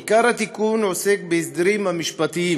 עיקר התיקון עוסק בהסדרים המשפטיים